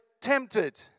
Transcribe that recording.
tempted